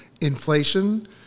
Inflation